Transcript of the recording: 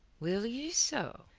will ye so?